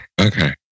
Okay